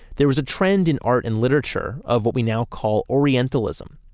there was a trend in art and literature of what we now call orientalism,